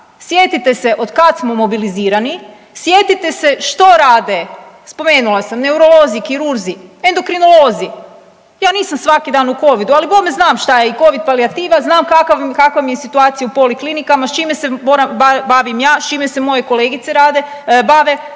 sjetite se od kad smo mobilizirani, sjetite se što rade spomenula sam neurolozi, kirurzi, endokrinolozi, ja nisam svaki dan u Covidu, ali bome znam i šta je Covid palijativa znam kakva mi je situacija u poliklinika s čime se bavim ja s čime se moje kolegice rade,